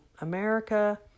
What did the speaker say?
America